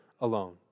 alone